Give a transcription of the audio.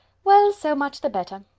well, so much the better.